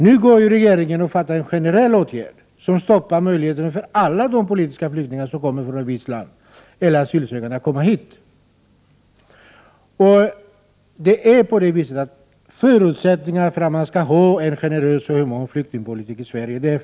Nu vidtar regeringen en generell åtgärd som stoppar möjligheten för alla asylsökande från ett visst land att komma hit.